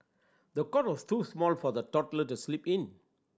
the cot was too small for the toddler to sleep in